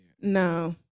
No